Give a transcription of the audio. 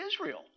Israel